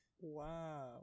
Wow